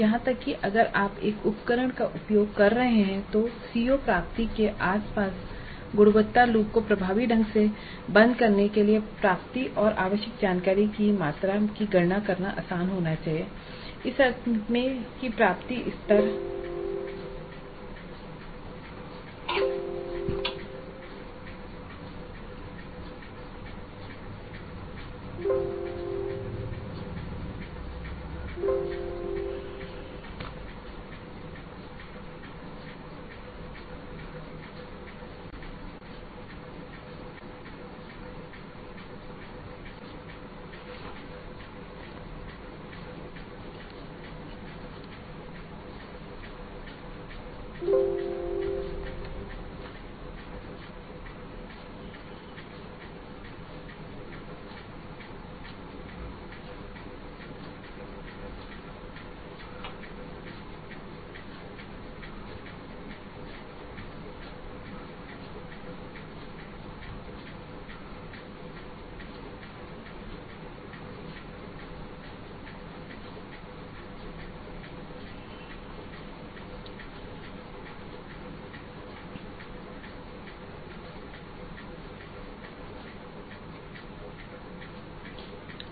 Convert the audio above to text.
यहां तक कि अगर आप एक उपकरण का उपयोग कर रहे हैं तो सीओ प्राप्ति के आसपास गुणवत्ता लूप को प्रभावी ढंग से बंद करने के लिए प्राप्ति और आवश्यक जानकारी की मात्रा की गणना करना आसान होना चाहिए इस अर्थ में कि प्राप्ति स्तर का पता लगाना इसे लक्ष्य स्तर से तुलना करना और प्रदर्शन की कमियों के आधार पर अगली बार पाठ्यक्रम की पेशकश करते समय प्राप्ति के स्तर को बढ़ाने के लिए सुधार योजनाओं पर काम करना इसलिए सीओ प्राप्ति के आसपास गुणवत्ता लूप को प्रभावी ढंग से बंद करने के लिए आवश्यक जानकारी की मात्रा के आधार पर लक्ष्य का चुनाव करना चाहिए